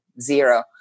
zero